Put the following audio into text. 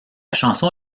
chanson